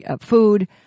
food